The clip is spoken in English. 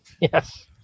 Yes